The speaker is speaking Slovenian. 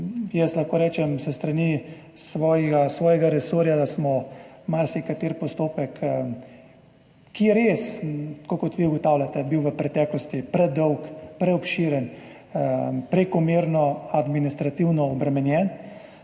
Jaz lahko rečem s strani svojega resorja, da smo marsikateri postopek, ki je bil res, tako kot vi ugotavljate, v preteklosti predolg, preobširen, prekomerno administrativno obremenjen,